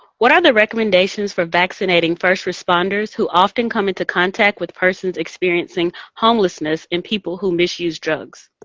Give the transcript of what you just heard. what are the recommendations for vaccinating first responders who often come into contact with persons experiencing homelessness and people who misuse drugs?